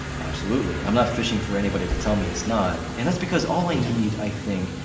absolutely. i'm not fishing for anybody to tell me it's not, and that's because all i need, i think,